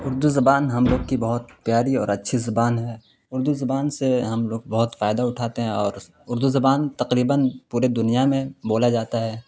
اردو زبان ہم لوگ کی بہت پیاری اور اچھی زبان ہے اردو زبان سے ہم لوگ بہت فائدہ اٹھاتے ہیں اور اردو زبان تقریباً پورے دنیا میں بولا جاتا ہے